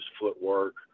footwork